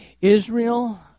Israel